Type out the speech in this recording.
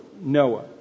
Noah